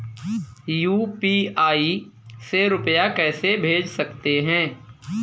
UPI से रुपया कैसे भेज सकते हैं?